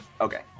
Okay